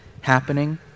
happening